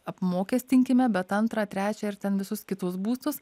apmokestinkime bet antrą trečią ir ten visus kitus būstus